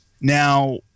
Now